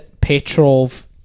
Petrov